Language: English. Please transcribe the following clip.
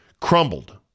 crumbled